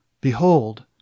Behold